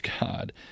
God